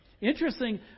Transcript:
Interesting